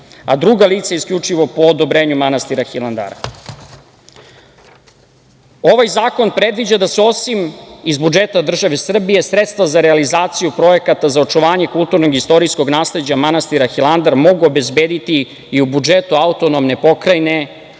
a druga lica isključivo po odobrenju manastira Hilandara. Ovaj zakon predviđa da se osim iz budžeta države Srbije sredstva za realizaciju projekata za očuvanje kulturnog, istorijskog nasleđa manastira Hilandar mogu obezbediti i u budžetu AP i jedinicama